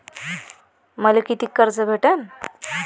मले कितीक कर्ज भेटन?